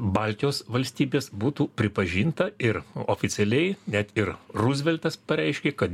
baltijos valstybės būtų pripažinta ir oficialiai net ir ruzveltas pareiškė kad